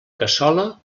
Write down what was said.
cassola